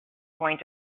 going